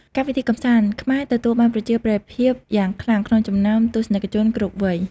កម្មវិធីកម្សាន្ត ខ្មែរទទួលបានប្រជាប្រិយភាពយ៉ាងខ្លាំងក្នុងចំណោមទស្សនិកជនគ្រប់វ័យ។